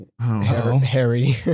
Harry